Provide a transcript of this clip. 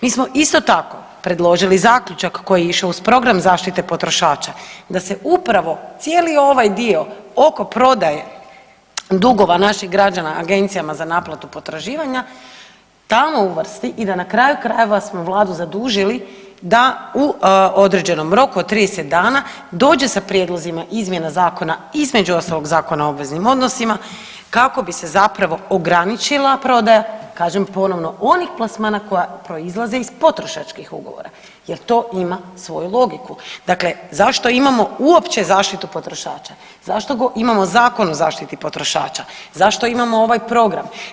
Mi smo isto tako predložili zaključak koji je išao uz program zaštite potrošača da se upravo cijeli ovaj dio oko prodaje dugova naših građana Agencijama za naplatu potraživanja tamo uvrsti i da na kraju krajeva smo vladu zadužili da u određenom roku od 30 dana dođe sa prijedlozima izmjena zakona između ostalog Zakona o obveznim odnosima kako bi se zapravo ograničila prodaja, kažem ponovno onih plasmana koja proizlaze iz potrošačkih ugovora jer to ima svoju logiku, dakle zašto imamo uopće zaštitu potrošača, zašto imamo Zakon o zaštiti potrošača, zašto imamo ovaj program?